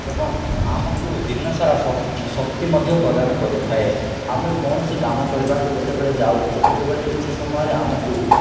ଏବଂ ଆମକୁ ଦିନସାରା ଶକ୍ତି ମଧ୍ୟ ପ୍ରଦାନ କରିଥାଏ ଆମେ କୌଣସି କାମ କରିବାକୁ ଯେତେବେଳେ ଯାଉ ସେତିକିବେଳେ କିଛି ସମୟରେ ଆମକୁ